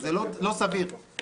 כי אני רוצה להגיב.